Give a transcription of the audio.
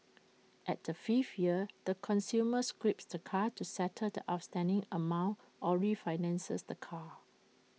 at the fifth year the consumer scraps the car to settle the outstanding amount or refinances the car